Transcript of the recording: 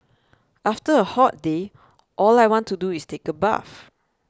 after a hot day all I want to do is take a bath